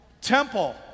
Temple